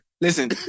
Listen